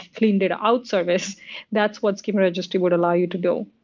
clean data out service that's what schema registry would allow you to do.